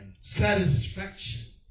satisfaction